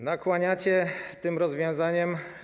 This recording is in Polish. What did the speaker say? Nakłaniacie tym rozwiązaniem.